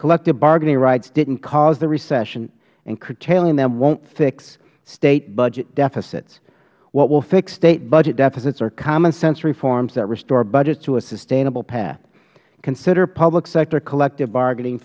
collective bargaining rights didnt cause the recession and curtailing them wont fix state budget deficits what will fix state budget deficits are common sense reforms that restore budgets through a sustainable path consider public sector collective bargaining